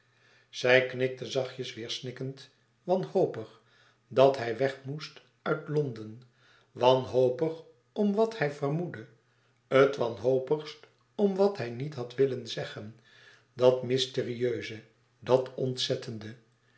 zij knikte zachtjes weêr snikkend wanhopig dat hij weg moest uit londen wanhopig om wat hij vermoedde t wanhopigst om wat hij niet had willen zeggen dat mysterieuze dat ontzettende